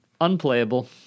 unplayable